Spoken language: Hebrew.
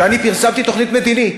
שאני פרסמתי תוכנית מדינית.